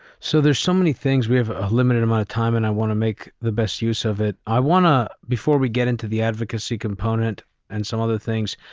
so there are so many things, we have a limited amount of time and i want to make the best use of it. i want to, before we get into the advocacy component and some other things,